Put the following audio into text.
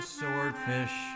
swordfish